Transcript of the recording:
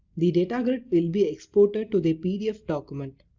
the data grid will be exported to the pdf document.